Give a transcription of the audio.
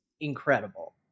incredible